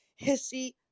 hissy